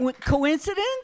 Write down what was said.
Coincidence